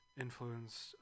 influenced